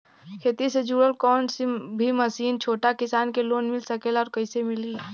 खेती से जुड़ल कौन भी मशीन छोटा किसान के लोन मिल सकेला और कइसे मिली?